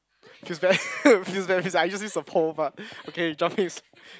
she's very I use this for but okay